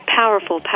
powerful